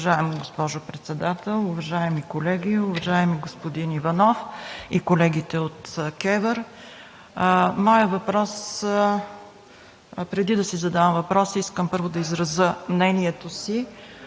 Уважаема госпожо Председател, уважаеми колеги, уважаеми господин Иванов и колеги от КЕВР! Преди да си задам въпроса, искам първо да изразя мнението си.